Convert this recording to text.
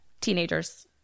Teenagers